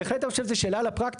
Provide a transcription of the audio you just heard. באמת אני חושב שזו שאלה לפרקטיקה,